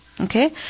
Okay